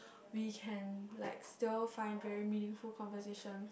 we can like still find very meaningful conversation